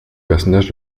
personnage